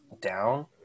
down